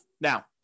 Now